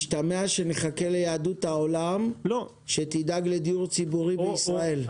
משתמע שנחכה ליהדות העולם שתדאג לדיור ציבורי בישראל.